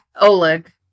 Oleg